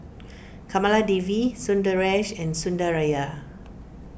Kamaladevi Sundaresh and Sundaraiah